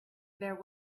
there